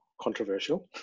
controversial